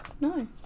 No